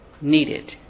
needed